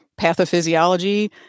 pathophysiology